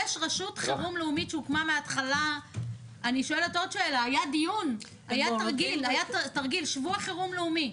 אני שואלת עוד שאלה: היה תרגיל שבוע חירום לאומי.